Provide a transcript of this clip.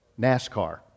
NASCAR